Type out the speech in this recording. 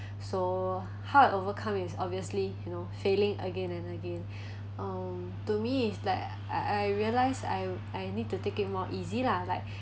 so how to overcome is obviously you know failing again and again um to me is like I I realised I I need to take it more easy lah like